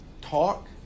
talk